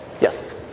Yes